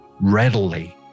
readily